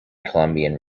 columbia